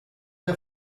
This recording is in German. der